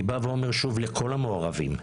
אני אומר שוב לכל המעורבים,